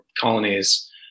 colonies